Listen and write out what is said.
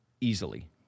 easily